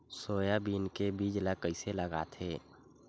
Soybean के बीज ल कइसे लगाथे?